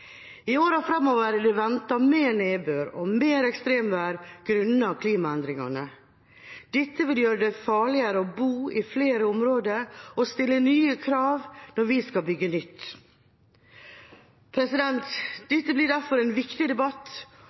I årene framover er det ventet mer nedbør og mer ekstremvær grunnet klimaendringene. Dette vil gjøre det farligere å bo i flere områder og stiller nye krav når vi skal bygge nytt. Dette blir derfor en viktig debatt